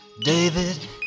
David